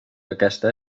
aquesta